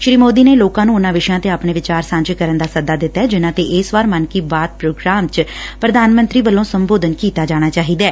ਸ੍ਰੀ ਸੋਦੀ ਨੇ ਲੋਕਾਂ ਨੂੰ ਉਨ੍ਹਾਂ ਵਿਸ਼ਿਆਂ ਤੇ ਆਪਣੇ ਵਿਚਾਰ ਸਾਂਝੇ ਕਰਨ ਦਾ ਸੱਦਾ ਦਿੱਤੈ ਜਿਨਾਂ ਤੇ ਇਸ ਵਾਰ ਮਨ ਕੀ ਬਾਤ ਚ ਪੁਧਾਨ ਮੰਤਰੀ ਵੱਲੋ ਸੰਬੋਧਨ ਕੀਤਾ ਜਾਣਾ ਚਾਹੀਦੈ